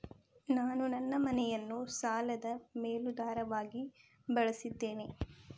ನಾನು ನನ್ನ ಮನೆಯನ್ನು ಸಾಲದ ಮೇಲಾಧಾರವಾಗಿ ಬಳಸಿದ್ದೇನೆ